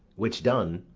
which done,